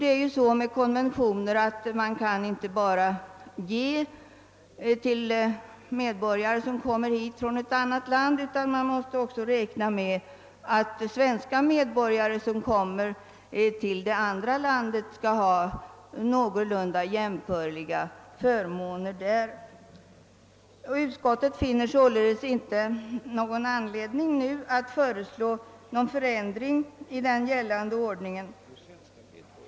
Det är ju så med konventioner att man inte bara kan ge förmåner till medborgare som kommer hit från annat land, utan krav måste ställas att svenska medborgare som vistas i ifrågavarande land där skall få någorlunda jämförliga förmåner. Utskottet finner inte någon anledning att föreslå en ändring i gällande ordning.